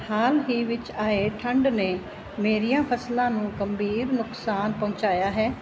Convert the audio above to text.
ਹਾਲ ਹੀ ਵਿੱਚ ਆਏ ਠੰਡ ਨੇ ਮੇਰੀਆਂ ਫਸਲਾਂ ਨੂੰ ਗੰਭੀਰ ਨੁਕਸਾਨ ਪਹੁੰਚਾਇਆ ਹੈ